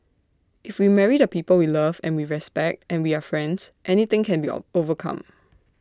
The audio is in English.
if we marry the people we love and we respect and we are friends anything can be of overcome